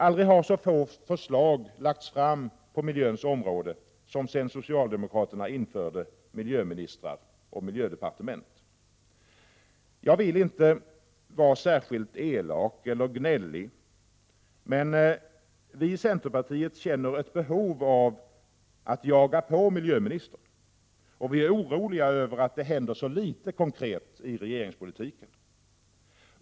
Aldrig har så få förslag lagts fram på miljöns område som sedan socialdemokraterna införde miljöministrar och miljödepartement. Jag villinte vara särskilt elak eller gnällig, men vi i centerpartiet känner ett behov av att jaga på miljöministern, och vi är oroliga över att det händer så litet konkret i regeringspolitiken.